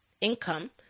income